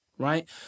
Right